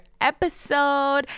episode